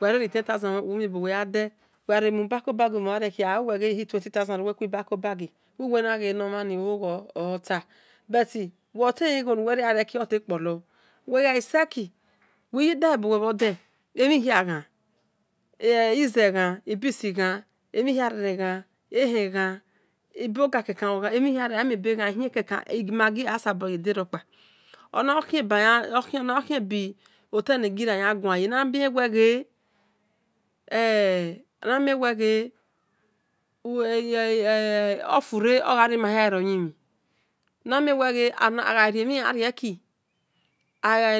wel gha ri 10. 000 mhen umhe buya de wel gha re ribauobagi gha rieki agha wuwel wel ghe ihi 20. 000 oeri bakobagi wil wel ohoghe ole nor mhan ni ohoghe ota buti we tay le ghe igho nawe rie gharieki oley kpor lar wel ghai seki wil yedaghe buwobhor de emhihia ghan ize ghan ibeansi ghan emhihiarere ghan ehen ghan ibogai kekan emhi hia ehiekekan magi asabor ye se